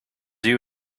you